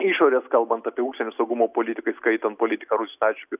išorės kalbant apie užsienio saugumo politiką įskaitant politiką rusijos atžvilgiu